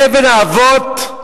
חבל האבות?